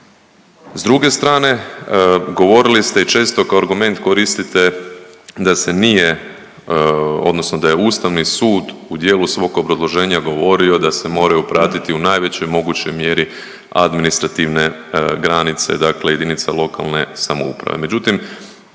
S druge strane, govorili ste i često kao argument koristite da se nije odnosno da je Ustavni sud u dijelu svog obrazloženja govorio da se moraju pratiti u najvećoj mogućoj mjeri administrativne granice, dakle jedinica lokalne samouprave.